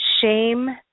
shame